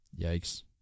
Yikes